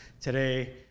today